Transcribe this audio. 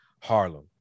Harlem